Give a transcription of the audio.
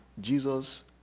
Jesus